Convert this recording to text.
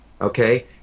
okay